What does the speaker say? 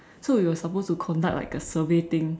so we were supposed to conduct like a survey thing